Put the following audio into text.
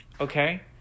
Okay